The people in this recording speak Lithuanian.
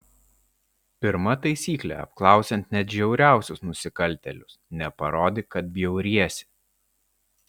pirma taisyklė apklausiant net žiauriausius nusikaltėlius neparodyk kad bjauriesi